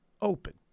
open